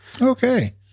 Okay